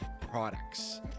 products